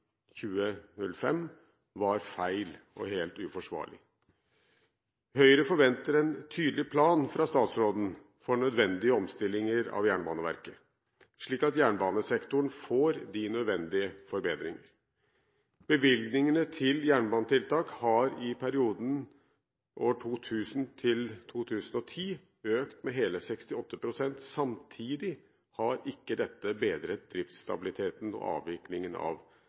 2005 var feil og helt uforsvarlig. Høyre forventer en tydelig plan fra statsråden for nødvendige omstillinger av Jernbaneverket, slik at jernbanesektoren får de nødvendige forbedringer. Bevilgningene til jernbanetiltak har i perioden 2000–2010 økt med hele 68 pst. Samtidig har ikke dette bedret driftsstabiliteten og avviklingen av